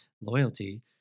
loyalty